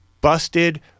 busted